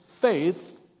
faith